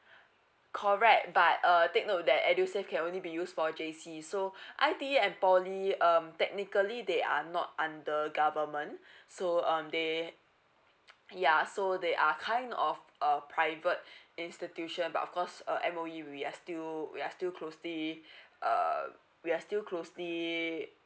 correct but uh take note that edusave can only be used for J_C so I_T_E and poly um technically they are not under government so um they ya so they are kind of a private institution but of course uh M_O_E we are still we are still closely uh we are still closely